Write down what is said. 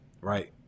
right